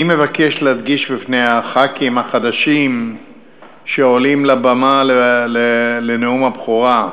אני מבקש להדגיש בפני הח"כים החדשים שעולים לבמה לנאום הבכורה: